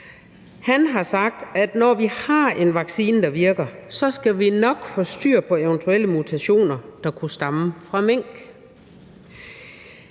– har sagt, at når vi har en vaccine, der virker, så skal vi nok få styr på eventuelle mutationer, der kunne stamme fra mink.